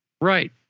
Right